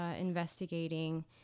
investigating